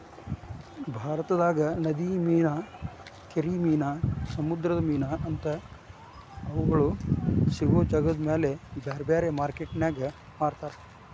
ಭಾರತದಾಗ ನದಿ ಮೇನಾ, ಕೆರಿ ಮೇನಾ, ಸಮುದ್ರದ ಮೇನಾ ಅಂತಾ ಅವುಗಳ ಸಿಗೋ ಜಾಗದಮೇಲೆ ಬ್ಯಾರ್ಬ್ಯಾರೇ ಮಾರ್ಕೆಟಿನ್ಯಾಗ ಮಾರ್ತಾರ